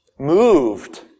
Moved